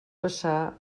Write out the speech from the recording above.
passar